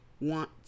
want